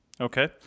Okay